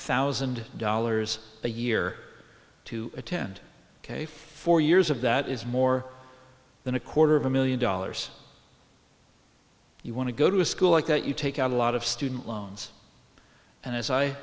thousand dollars a year to attend ok four years of that is more than a quarter of a million dollars you want to go to a school like that you take out a lot of student loans and as i